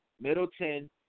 Middleton